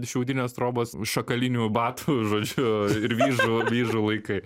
šiaudinės trobos šakalinių batų žodžiu ir vyžų vyžų laikai